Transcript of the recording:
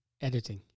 editing